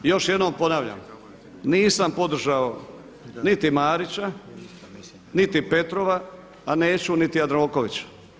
I još jednom ponavljam, nisam podržao niti Marića, niti Petrova a neću niti Jandrokovića.